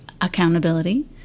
accountability